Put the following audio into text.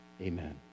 Amen